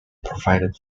provided